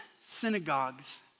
synagogues